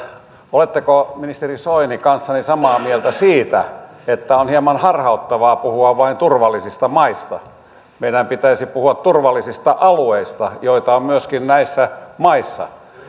oletteko ministeri soini kanssani samaa mieltä siitä että on hieman harhauttavaa puhua vain turvallisista maista meidän pitäisi puhua turvallisista alueista joita on myöskin näissä maissa